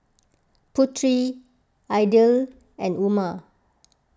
Putri Aidil and Umar